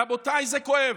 רבותיי, זה כואב.